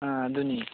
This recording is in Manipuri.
ꯑꯥ ꯑꯗꯨꯅꯤ